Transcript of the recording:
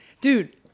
Dude